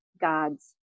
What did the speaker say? God's